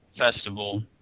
festival